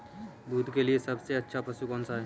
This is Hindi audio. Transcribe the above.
दूध के लिए सबसे अच्छा पशु कौनसा है?